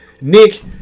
Nick